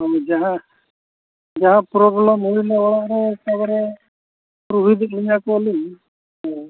ᱦᱳᱭ ᱡᱟᱦᱟᱸ ᱡᱟᱦᱟᱸ ᱯᱨᱚᱵᱞᱮᱢ ᱦᱩᱭᱱᱟ ᱚᱲᱟᱜ ᱨᱮ ᱮᱠᱮᱵᱟᱨᱮ ᱨᱩᱦᱮᱫ ᱮᱫ ᱞᱤᱧᱟ ᱠᱚ ᱟᱹᱞᱤᱧ ᱦᱮᱸ